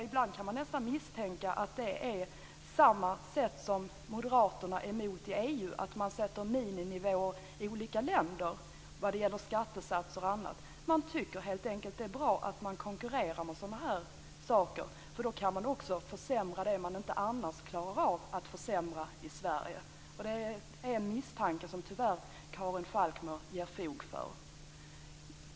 Ibland kan jag nästan misstänka att det är på samma sätt som moderaterna är emot att EU sätter mininivåer vad det gäller skattesatser och annat i olika länder. Man tycker helt enkelt att det är bra att vi konkurrerar med sådana saker, för då kan man också försämra det man inte annars klarar av att försämra i Sverige. Det är en misstanke som Karin Falkmer tyvärr ger fog för.